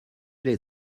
les